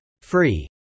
Free